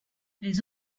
les